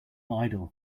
idol